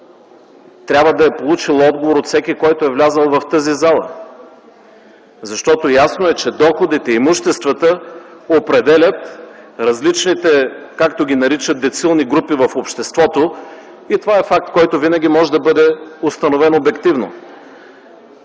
трябва да е получил отговор от всеки, влязъл в тази зала, защото ясно е, че доходите, имуществата определят различните, както ги наричат децилни групи в обществото, и това е факт, който винаги може да бъде установен обективно.